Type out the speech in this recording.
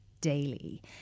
daily